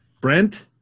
Brent